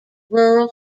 rural